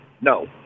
no